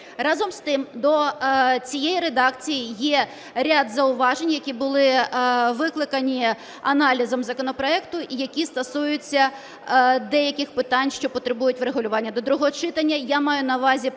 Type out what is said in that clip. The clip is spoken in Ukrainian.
Разом з тим, до цієї редакції є ряд зауважень, які були викликані аналізом законопроекту, які стосуються деяких питань, що потребують врегулювання до другого читання.